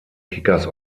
kickers